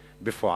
בפועל.